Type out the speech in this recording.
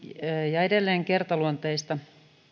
edelleen kertaluonteista